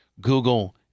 Google